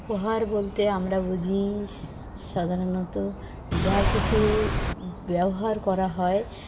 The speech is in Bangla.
উপহার বলতে আমরা বুঝি সাধারণত যা কিছু ব্যবহার করা হয়